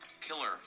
killer